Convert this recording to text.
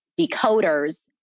decoders